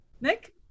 Nick